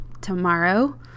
tomorrow